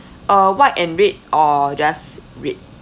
uh white and red or just red